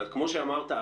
וכמו שאמרת,